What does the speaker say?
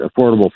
affordable